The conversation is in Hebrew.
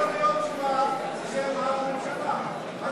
מה עשית בשביל העולים מרוסיה שאת, אותם?